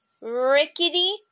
rickety